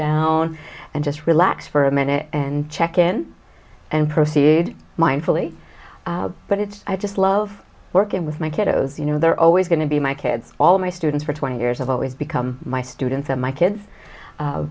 down and just relax for a minute and check in and proceed mindfully but it's i just love working with my kiddos you know they're always going to be my kids all my students for twenty years of always become my students and my kids